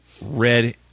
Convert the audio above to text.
Red